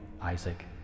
Isaac